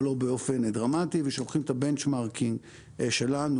אבל לא באופן דרמטי וכשלוקחים את הבנצ'מרקינג שלנו